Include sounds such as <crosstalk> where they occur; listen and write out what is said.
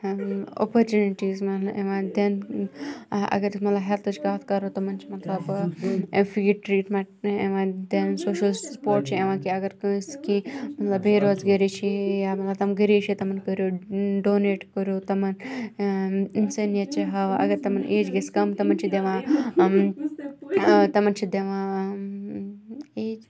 opportunities یِوان دِنہٕ اَگر أسۍ مَطلَب ہیٚلتھٕچ کَتھ کَرو تِمَن چھِ مَطلَب فری ٹریٖٹمنٹ یِوان دِنہٕ <unintelligible> اگر کٲنٛسہِ کینٛہہ مَطلَب بے روزگٲری چھِ یا مَطلَب تِم غریٖب چھِ تِمَن کٔرِو ڈونیٹ کٔرِو تِمَن اِنسٲنیت چھِ ہاوان اَگَر تِمَن ایج گَژھِ کَم تِمَن چھِ دِوان تِمَن چھِ دِوان ایج